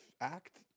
act